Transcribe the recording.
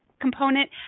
component